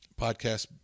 podcast